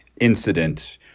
incident